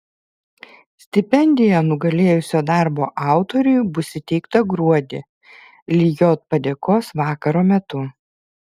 stipendija nugalėjusio darbo autoriui bus įteikta gruodį lijot padėkos vakaro metu